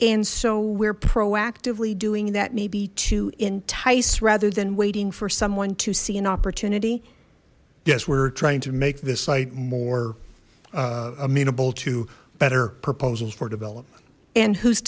and so we're proactively doing that maybe to entice rather than waiting for someone to see an opportunity yes we're trying to make this site more amenable to better proposals for development and